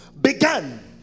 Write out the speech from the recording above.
Began